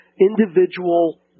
individual